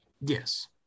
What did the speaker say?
Yes